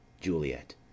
Juliet